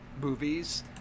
movies